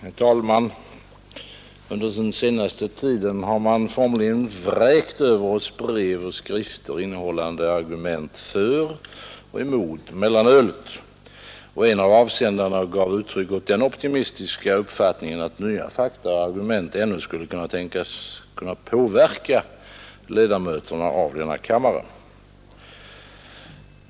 Herr talman! Under den senaste tiden har man formligen vräkt över oss brev och skrifter, innehållande argument för och emot mellanölet. En av avsändarna gav uttryck åt den optimistiska uppfattningen att nya fakta och argument ännu skulle kunna tänkas påverka ledamöterna av denna kammare.